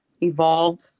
evolved